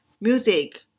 Music